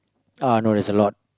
uh no there's a lot